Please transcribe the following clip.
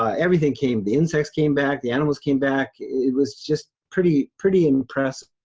um everything came. the insects came back, the animals came back. it was just pretty, pretty impressive.